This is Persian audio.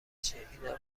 چیه؟ اینم